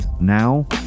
now